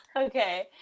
Okay